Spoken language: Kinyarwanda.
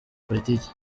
politiki